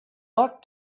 luck